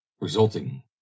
resulting